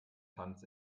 tanz